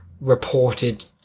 reported